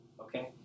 Okay